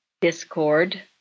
discord